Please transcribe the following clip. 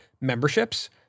memberships